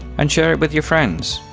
and share it with your friends,